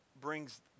Brings